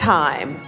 time